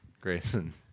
Grayson